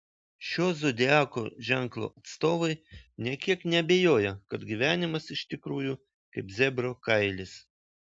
šio zodiako ženklo atstovai nė kiek neabejoja kad gyvenimas iš tikrųjų kaip zebro kailis